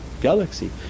galaxy